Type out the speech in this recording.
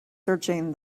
searching